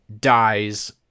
dies